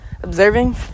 observing